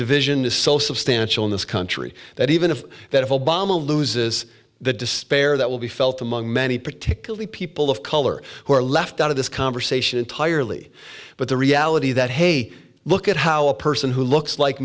division is so substantial in this country that even if that if obama loses the despair that will be felt among many particularly people of color who are left out of this conversation entirely but the reality that hey look at how a person who looks like